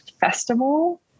festival